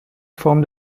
form